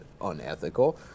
unethical